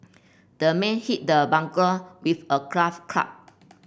the man hit the burglar with a club